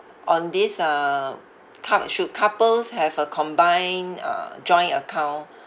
on this uh coup~ should couples have a combined uh joint account